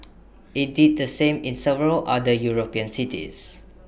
IT did the same in several other european cities